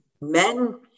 men